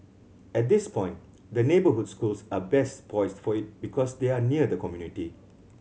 at this point the neighbourhood schools are best poised for it because they are near the community